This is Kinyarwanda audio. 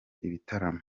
ibitaramo